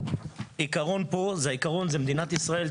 העיקרון פה הוא מדינת ישראל,